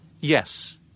Yes